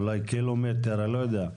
אולי קילומטר, אני לא יודע.